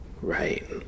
Right